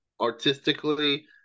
artistically